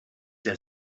der